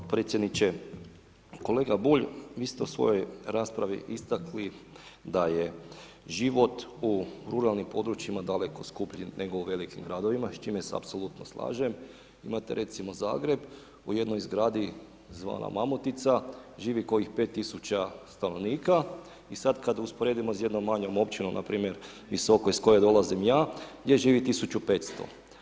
Hvala podpredsjedniče, kolega Bulj vi ste u svojoj raspravi istakli da je život u ruralnim područjima daleko skuplji nego u velikim gradovima s čime se apsolutno slažem, imate recimo Zagreb u jednoj zgradi zvana mamutica živi kojih 5.000 stanovnika i sad kad usporedimo s jednom manjom općinom npr. Visoko iz koje dolazim ja gdje živi 1.500.